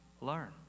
learn